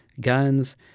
guns